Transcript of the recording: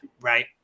right